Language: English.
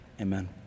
Amen